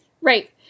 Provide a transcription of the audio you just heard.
Right